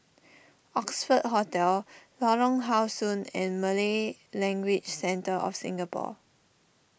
Oxford Hotel Lorong How Sun and Malay Language Centre of Singapore